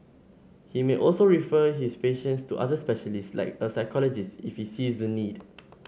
he may also refer his patients to other specialists like a psychologist if he sees the need